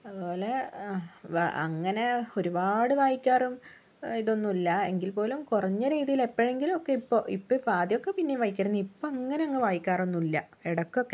അതുപോലെ ആഹ് അങ്ങനെ ഒരുപാട് വായിക്കാറും ഇതൊന്നും ഇല്ല എങ്കിൽപ്പോലും കുറഞ്ഞ രീതിയിൽ എപ്പോഴെങ്കിലും ഒക്കെ ഇപ്പോൾ ഇപ്പിപ്പോൾ ആദ്യമൊക്കെ പിന്നെയും വായിക്കുമായിരുന്നു ഇപ്പോൾ അങ്ങനെ അങ്ങ് വായിക്കാറൊന്നുമില്ല ഇടയ്ക്കൊക്കെ